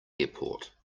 airport